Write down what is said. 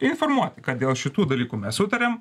informuoti kad dėl šitų dalykų mes sutariam